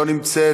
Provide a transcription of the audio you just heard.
לא נמצאת,